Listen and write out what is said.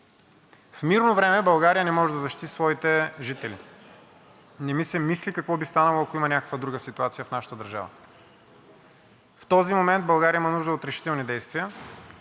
В мирно време България не може да защити своите жители. Не ми се мисли какво би станало, ако има някаква друга ситуация в нашата държава. В този момент България има нужда от решителни действия